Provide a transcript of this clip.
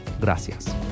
Gracias